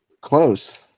Close